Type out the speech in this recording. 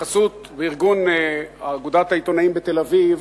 בחסות ובארגון אגודת העיתונאים בתל-אביב,